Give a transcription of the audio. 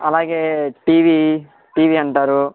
అలాగే TV TV అంటారు